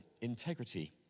integrity